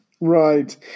Right